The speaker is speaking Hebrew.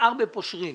נזהר בפושרין.